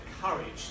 courage